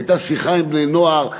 הייתה שיחה עם בני-נוער,